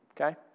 Okay